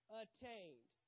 attained